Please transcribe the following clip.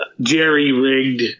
jerry-rigged